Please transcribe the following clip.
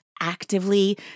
actively